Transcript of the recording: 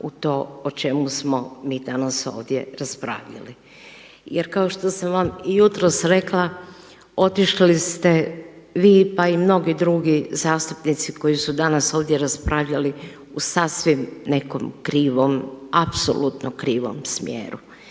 u to o čemu smo mi danas ovdje raspravljali. Jer kao što sam vam i jutros rekla otišli ste vi, pa i mnogi drugi zastupnici koji su danas ovdje raspravljali u sasvim nekom krivom, apsolutno krivom smjeru.